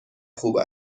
خوب